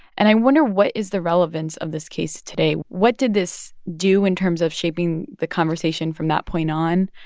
and i wonder, what is the relevance of this case today? what did this do in terms of shaping the conversation from that point on?